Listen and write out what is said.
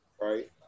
right